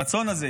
הרצון הזה,